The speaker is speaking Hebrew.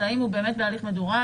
של האם הוא באמת בהליך מדורג,